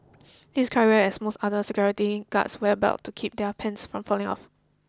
this is quite rare as most other security guards wear belts to keep their pants from falling down